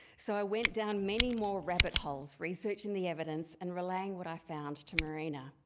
so i went down many more rabbit holes researching the evidence and relaying what i found to marina.